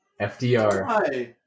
FDR